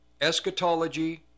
eschatology